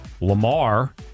Lamar